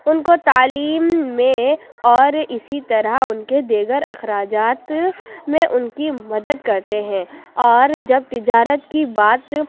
اُن کو تعلیم میں اور اِسی طرح اُن کے دیگر اخراجات میں اُن کی مدد کرتے ہیں اور جب تجارت کی بات